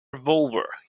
revolver